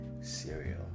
cereal